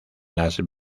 las